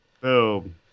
Boom